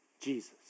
Jesus